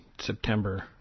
September